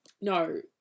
No